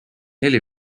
neli